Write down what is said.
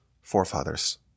forefathers